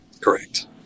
Correct